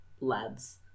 lads